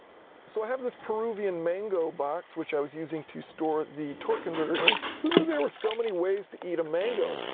so i have this peruvian mango box which i was using to store the torque converter in. who knew there were so many ways to eat a mango?